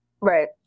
right